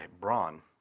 brawn